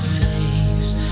face